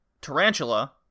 Tarantula